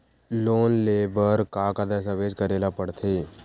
Loan ले बर का का दस्तावेज करेला पड़थे?